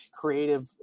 creative